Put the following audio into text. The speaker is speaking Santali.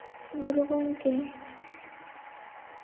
ᱜᱩᱨᱩ ᱜᱚᱢᱠᱮ